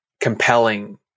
compelling